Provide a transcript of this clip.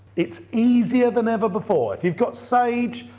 it's easier than ever before if you've got sage?